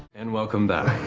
and welcome back.